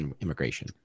immigration